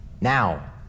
now